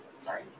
Sorry